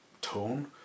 tone